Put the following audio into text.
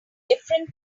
different